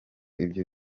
ibyo